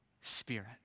spirit